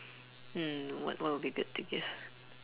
hmm what what would be good to give